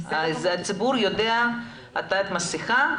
הציבור יודע עטיית מסכה,